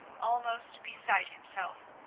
almost beside himself